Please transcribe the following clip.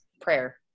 prayer